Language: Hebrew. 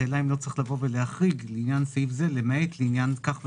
השאלה אם לא צריך להחריג: "לעניין סעיף זה" למעט לעניין כך וכך.